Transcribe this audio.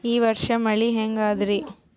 ಈ ವರ್ಷ ಮಳಿ ಹೆಂಗ ಅದಾರಿ?